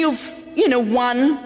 you you know one